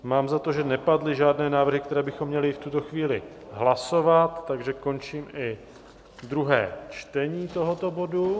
Mám za to, že nepadly žádné návrhy, které bychom měli v tuto chvíli hlasovat, takže končím i druhé čtení tohoto bodu.